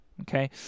Okay